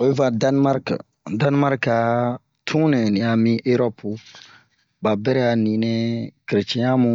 Oyi va Danmarke dan-marke a tunɛ ni a mi eropu ba bɛrɛ a ninɛ keretiɛn hamu